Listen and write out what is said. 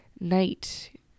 Night